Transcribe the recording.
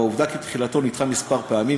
והעובדה שתחילתו נדחתה מספר רב של פעמים,